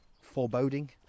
foreboding